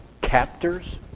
captors